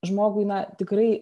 žmogui na tikrai